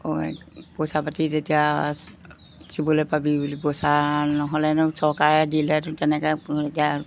পইচা পাতি তেতিয়া চুবলৈ পাবি বুলি পইচা নহ'লেনো চৰকাৰে দিলে তেনেকৈ এতিয়া